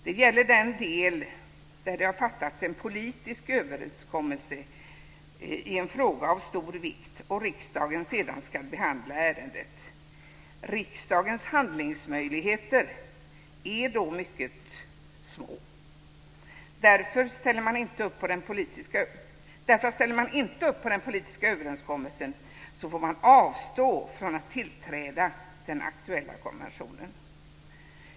Det gäller den del där det har fattats en politisk överenskommelse i en fråga av stor vikt och riksdagen sedan ska behandla ärendet. Riksdagens handlingsmöjligheter är då mycket små. Om man inte ställer upp på den politiska överenskommelsen får man nämligen avstå från att tillträda den aktuella konventionen.